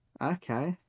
Okay